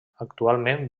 actualment